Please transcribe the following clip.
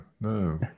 no